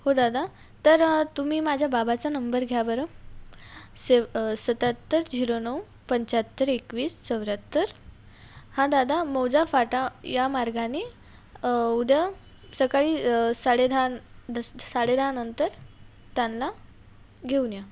हो दादा तर तुम्ही माझ्या बाबाचा नंबर घ्या बरं सेव सत्याहत्तर झिरो नऊ पंचाहत्तर एकवीस चौऱ्याहत्तर हा दादा मोजा फाटा या मार्गाने उद्या सकाळी साडे दहा साडे दहा नंतर त्यांना घेऊन या